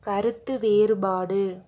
கருத்து வேறுபாடு